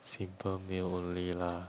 simple meal only lah